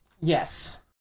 Yes